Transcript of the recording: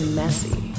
messy